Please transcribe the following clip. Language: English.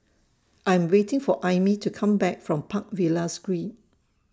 I'm waiting For Aimee to Come Back from Park Villas Green